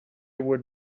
would